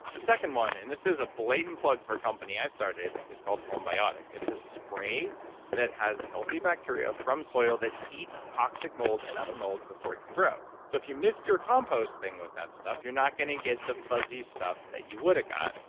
the second one, and this is a blatant plug for a company i started. it's called homebiotic. it's a spray that has healthy bacteria from soil that eat toxic mold and other mold before it can grow so, if you missed your composting with that stuff, you're not going to get the fuzzy stuff that you would have got,